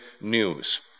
news